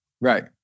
right